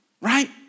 right